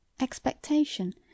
expectation